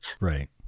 Right